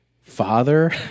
father